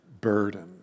burden